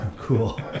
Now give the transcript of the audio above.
cool